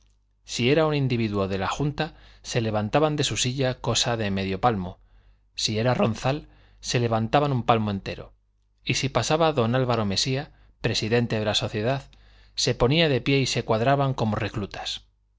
si era un individuo de la junta se levantaban de su silla cosa de medio palmo si era ronzal se levantaban un palmo entero y si pasaba don álvaro mesía presidente de la sociedad se ponían de pie y se cuadraban como reclutas